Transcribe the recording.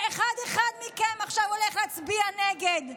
ואחד-אחד מכם עכשיו הולכים להצביע נגד.